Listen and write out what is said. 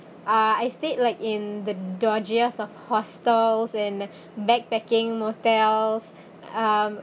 uh I stayed like in the dodgiest of hostels and backpacking motels um